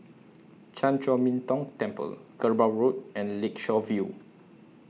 Chan Chor Min Tong Temple Kerbau Road and Lakeshore View